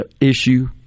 issue